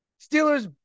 Steelers